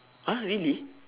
!huh! really